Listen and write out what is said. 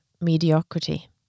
mediocrity